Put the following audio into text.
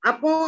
Apo